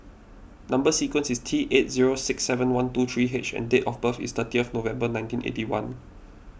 Number Sequence is T eight zero six seven one two three H and date of birth is thirty November nineteen eighty one